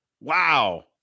Wow